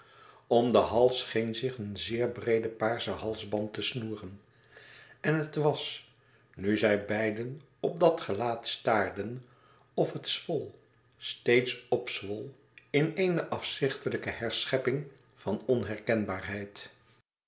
om den hals scheen zich een zeer breede paarse halsband te snoeren en het was nu zij beiden op dat gelaat staarden of het zwol steeds opzwol in eene afzichtelijke herschepping van onherkenbaarheid